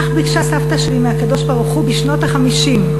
כך ביקשה סבתא שלי מהקדוש-ברוך-הוא בשנות ה-50,